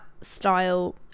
style